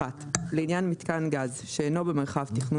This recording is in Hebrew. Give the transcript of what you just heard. (1)לעניין מיתקן גז שאינו במרחב תכנון